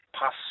pass